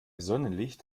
sonnenlicht